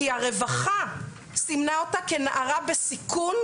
כי הרווחה סימנה אותה כנערה בסיכון,